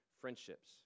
friendships